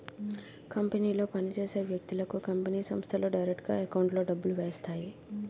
కంపెనీలో పని చేసే వ్యక్తులకు కంపెనీ సంస్థలు డైరెక్టుగా ఎకౌంట్లో డబ్బులు వేస్తాయి